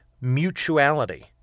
mutuality